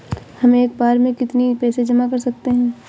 हम एक बार में कितनी पैसे जमा कर सकते हैं?